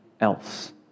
else